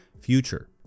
future